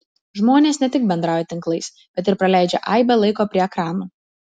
žmonės ne tik bendrauja tinklais bet ir praleidžia aibę laiko prie ekranų